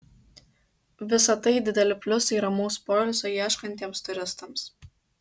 visa tai dideli pliusai ramaus poilsio ieškantiems turistams